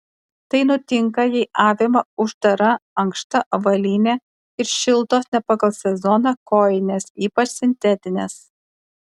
tai nutinka jei avima uždara ankšta avalynė ir šiltos ne pagal sezoną kojinės ypač sintetinės